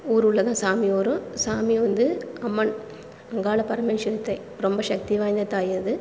ஊருள்ளே தான் சாமி வரும் சாமி வந்து அம்மன் அங்காள பரமேஸ்வரி தாய் ரொம்ப சக்தி வாய்ந்த தாய் அது